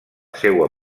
seua